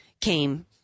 came